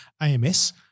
AMS